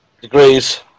degrees